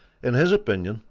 in his opinion,